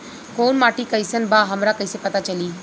कोउन माटी कई सन बा हमरा कई से पता चली?